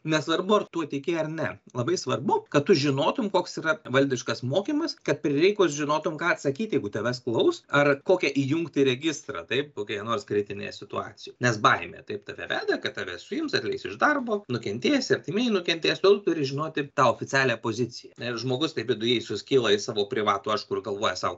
nesvarbu ar tuo tiki ar ne labai svarbu kad tu žinotum koks yra valdiškas mokymas kad prireikus žinotum ką atsakyt jeigu tavęs klaus ar kokią įjungti registrą taip kokioje nors kritinėje situacijoj nes baimė taip tave veda kad tave suims atleis iš darbo nukentėsi artimieji nukentės todėl turi žinoti tą oficialią poziciją nes žmogus taip viduje suskyla į savo privatų aš kur galvoja sau